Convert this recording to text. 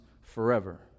forever